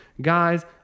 Guys